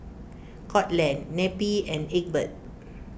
Courtland Neppie and Egbert